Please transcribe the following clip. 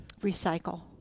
recycle